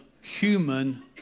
human